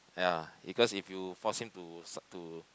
ya because if you force him to start to